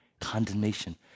Condemnation